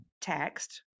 text